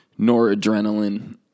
noradrenaline